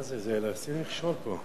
מה זה, זה לשים מכשול פה.